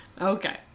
Okay